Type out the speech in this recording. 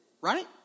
Right